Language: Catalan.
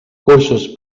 cursos